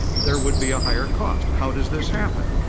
there would be a higher cost. how does this happen?